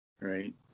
right